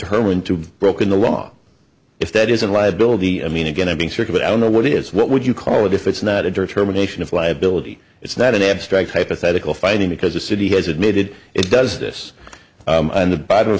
her into broken the law if that isn't liability i mean again i'm going circuit i don't know what is what would you call it if it's not a dirty terminations of liability it's not an abstract hypothetical fighting because the city has admitted it does this on the bottom of